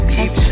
Cause